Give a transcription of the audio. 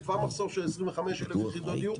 זה כבר מחסור של 25,000 יחידות דיור,